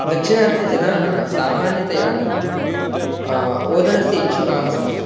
दाक्षिणात्यजनाः सामान्यतया ओदनस्य इच्छुकाः सन्ति